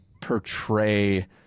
portray